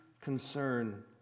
concern